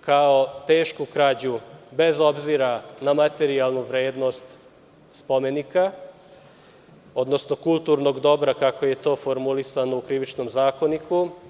kao tešku krađu bez obzira na materijalnu vrednost spomenika, odnosno kulturnog dobra kako je to formulisano u Krivičnom zakoniku.